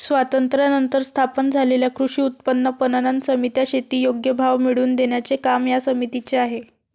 स्वातंत्र्यानंतर स्थापन झालेल्या कृषी उत्पन्न पणन समित्या, शेती योग्य भाव मिळवून देण्याचे काम या समितीचे आहे